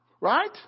right